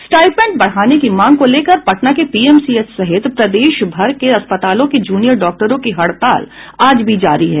stipend बढ़ाने की मांग को लेकर पटना के पीएमसीएच सहित प्रदेशभर के अस्पतालों के जूनियर डॉक्टरों की हड़ताल आज भी जारी है